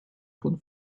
von